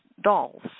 dolls